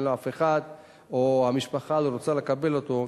לו אף אחד או שהמשפחה לא רוצה לקבל אותו,